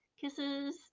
kisses